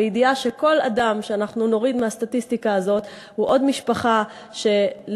בידיעה שכל אדם שאנחנו נוריד מהסטטיסטיקה הזאת הוא עוד משפחה שלא